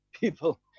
people